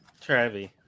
Travi